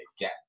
again